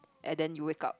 and then you wake up